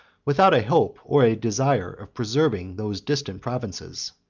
without a hope or a desire of preserving those distant provinces.